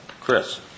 Chris